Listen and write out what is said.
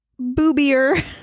boobier